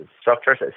structures